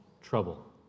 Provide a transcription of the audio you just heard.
trouble